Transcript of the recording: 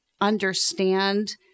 understand